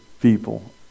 people